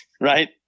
right